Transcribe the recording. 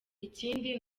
ikindi